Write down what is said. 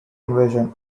invasion